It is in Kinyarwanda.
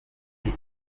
ndi